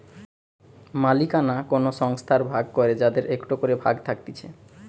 মালিকানা কোন সংস্থার ভাগ করে যাদের একটো করে ভাগ থাকতিছে